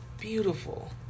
Beautiful